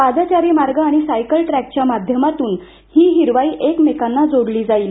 पादचारी मार्ग आणि सायकल ट्रॅकच्या माध्यमातून ही हिरवाई एकमेकांना जोडली जाणार आहे